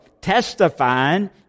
testifying